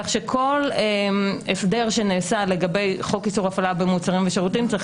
כך שכל הסדר שנעשה לגבי חוק איסור אפליה במוצרים ושירותים צריך